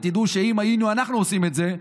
ותדעו שאם אנחנו היינו עושים את זה,